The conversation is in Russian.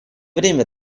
время